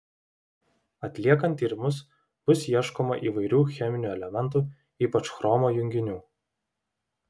atliekant tyrimus bus ieškoma įvairių cheminių elementų ypač chromo junginių